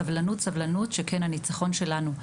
סבלנות, סבלנות, שכן הניצחון שלנו.